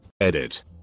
Edit